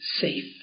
safe